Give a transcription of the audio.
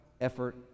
effort